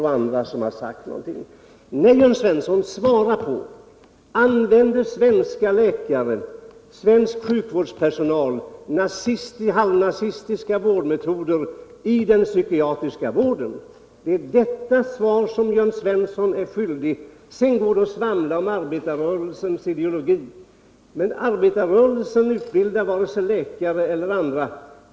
Svara på den här frågan, Jörn Svensson: Använder svenska läkare och annan personal inom den psykiatriska vården halvnazistiska vårdmetoder? Svaret på den frågan är Jörn Svensson skyldig oss. Det går att svamla om arbetarrörelsens ideologi, men arbetarrörelsen utbildar vare sig läkare eller annan personal inom sjukvården.